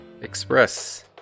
Express